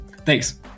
Thanks